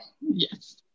Yes